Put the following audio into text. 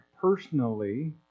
personally